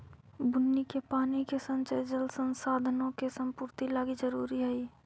बुन्नी के पानी के संचय जल संसाधनों के संपूर्ति लागी जरूरी हई